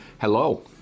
Hello